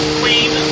queen